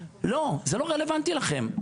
לא, זה לא רלוונטי לכם.